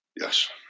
yes